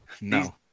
No